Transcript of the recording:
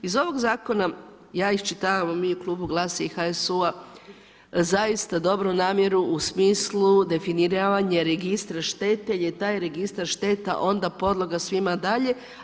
Iz ovog Zakona ja iščitav, mi u Klubu GLAS-a i HSU-a zaista dobru namjeru u smislu definiranja registra štete jer je taj registar šteta onda podloga svima dalje.